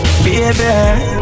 baby